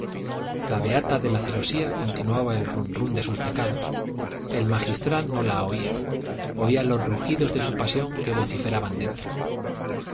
la beata de la celosía continuaba el rum rum de sus pecados el magistral no la oía oía los rugidos de su pasión que vociferaban dentro